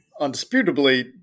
Undisputably